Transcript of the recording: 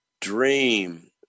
dream